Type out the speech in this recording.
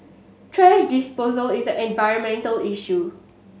thrash disposal is an environmental issue